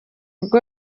bwo